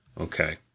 Okay